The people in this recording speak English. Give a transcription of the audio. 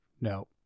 No